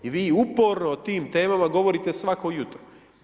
I vi uporno o tim temama govorite svako jutro.